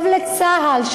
טוב לצה"ל,